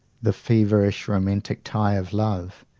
the feverish, romantic tie of love,